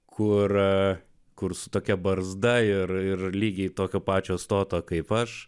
kur e kur su tokia barzda ir ir lygiai tokio pačio stoto kaip aš